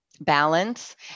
balance